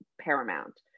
paramount